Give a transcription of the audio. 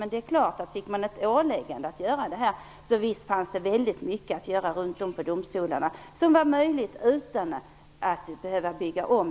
Men det är klart, fick man ett åläggande att göra detta så visst fanns det mycket att göra runt om på domstolarna som var möjligt utan att i första hand behöva bygga om.